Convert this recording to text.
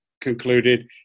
concluded